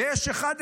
ויש אחד,